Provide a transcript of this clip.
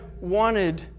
wanted